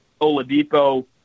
Oladipo